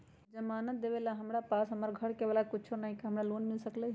जमानत देवेला हमरा पास हमर घर के अलावा कुछो न ही का हमरा लोन मिल सकई ह?